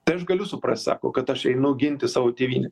tai aš galiu suprast sako kad aš einu ginti savo tėvynę